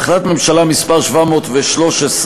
בהחלטת ממשלה מס' 713,